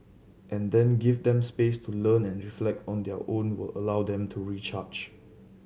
and then give them space to learn and reflect on their own will allow them to recharge